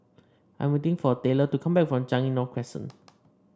I'm waiting for Taylor to come back from Changi North Crescent